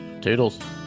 Toodles